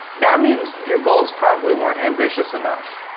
that means your goals probably weren't ambitious enough.